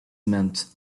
meant